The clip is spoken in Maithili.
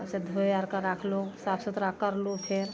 हँ तऽ धोइ आर कए राखलहुॅं साफ सुथरा कयलहुॅं फेर